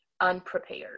unprepared